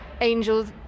angels